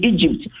Egypt